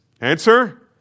Answer